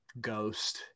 ghost